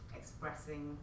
expressing